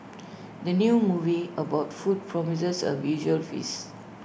the new movie about food promises A visual feast